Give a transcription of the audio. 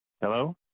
Hello